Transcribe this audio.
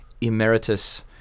emeritus